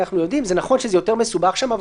נכון שזה יותר מסובך שם,